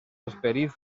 esperits